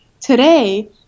Today